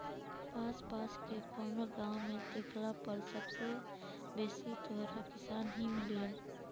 आस पास के कवनो गाँव में देखला पर सबसे बेसी तोहरा किसान ही मिलिहन